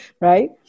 Right